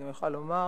אני יכולה לומר,